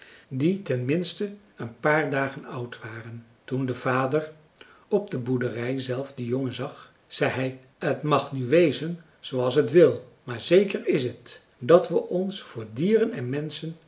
die ten minste een paar dagen oud waren toen de vader op de boerderij zelf de jongen zag zei hij t mag nu wezen zooals t wil maar zeker is het dat we ons voor dieren en menschen